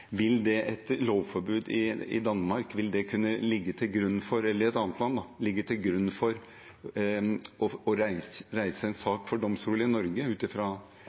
Vil et lovforbud i Danmark eller et annet land kunne ligge til grunn for å reise en sak for domstolen i Norge, ut